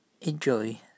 enjoy